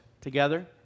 together